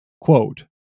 quote